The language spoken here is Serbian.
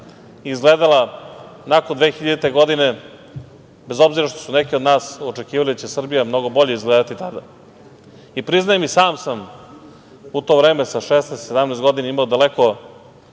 izgledala nakon 2000. godine, bez obzira što su neki od nas očekivali da će Srbija mnogo bolje izgledati tada. Priznajem, i sam sam u to vreme sa 16, 17 godina imao daleko